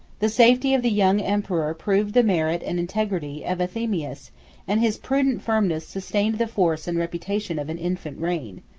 the safety of the young emperor proved the merit and integrity of anthemius and his prudent firmness sustained the force and reputation of an infant reign.